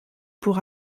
pour